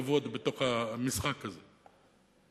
כבוד בתוך המשחק הזה,